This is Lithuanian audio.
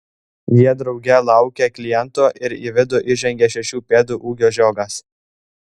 jie drauge laukia klientų ir į vidų įžengia šešių pėdų ūgio žiogas